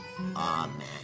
Amen